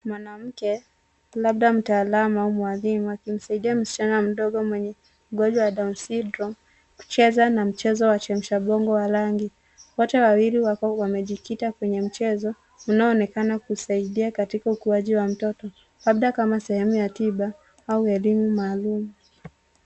Mwanamke labda mtaalamu au mwalimu akimsaidia msichana mdogo mwenye ugonjwa wa Down Syndrome kucheza na mchezo wa chemsha bongo wa rangi. Wote wawili wako wamejikita penye mchezo unaoonekana kusaidia katika ukuaji wa mtoto labda kama sehemu ya tiba au elimu maalum.